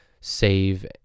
save